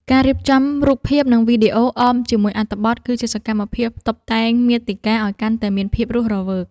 ការរៀបចំរូបភាព និងវីដេអូអមជាមួយអត្ថបទ គឺជាសកម្មភាពតុបតែងមាតិកាឱ្យកាន់តែមានភាពរស់រវើក។